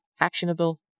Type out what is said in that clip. actionable